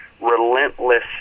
relentless